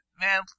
Man